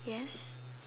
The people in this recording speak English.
yes